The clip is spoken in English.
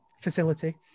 facility